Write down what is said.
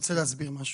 אני רוצה להסביר משהו.